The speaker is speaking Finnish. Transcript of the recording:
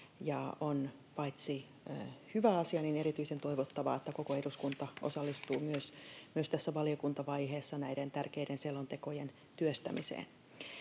On paitsi hyvä asia myös erityisen toivottavaa, että koko eduskunta osallistuu myös tässä valiokuntavaiheessa näiden tärkeiden selontekojen työstämiseen.